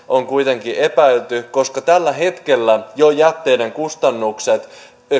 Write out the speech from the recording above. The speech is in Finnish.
on epäilty koska tällä hetkellä jo jätteiden kustannukset